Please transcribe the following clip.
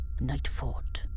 Nightfort